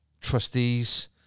trustees